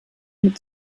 mit